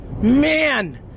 Man